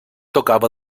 tocava